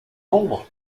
nombre